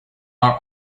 are